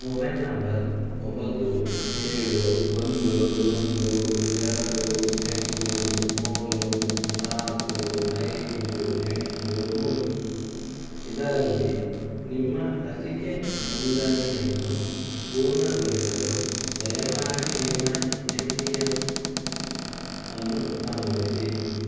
mobile number ಒಂಬತ್ತು ಏಳು ಒಂದು ಒಂದು ಎರಡು ಎಂಟು ಮೂರು ನಾಲ್ಕು ಐದು ಎಂಟು ಮೂರು ಇದರಲ್ಲಿ ನಿಮ್ಮ ಲಸಿಕೆ ನೋಂದಣಿಯನ್ನು ಪೂರ್ಣಗೊಳಿಸಲು ದಯಮಾಡಿ ನಿಮ್ಮ ಎಮ್ ಪಿ ಎನ್ಅನ್ನು ನಮೂದಿಸಿ